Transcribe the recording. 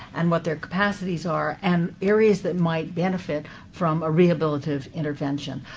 and what their capacities are, and areas that might benefit from a rehabilitative intervention.